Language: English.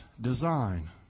design